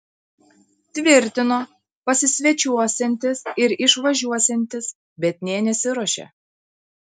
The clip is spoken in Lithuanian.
tvirtino pasisvečiuosiantis ir išvažiuosiantis bet nė nesiruošė